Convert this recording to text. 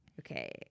Okay